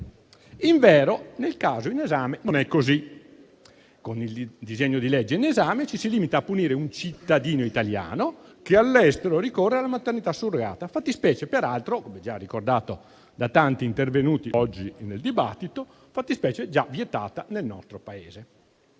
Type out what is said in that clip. Invero nel caso in esame non è così. Con il disegno di legge in esame ci si limita a punire un cittadino italiano che all'estero ricorre alla maternità surrogata, fattispecie peraltro - come già ricordato da tanti intervenuti oggi nel dibattito - già vietata nel nostro Paese.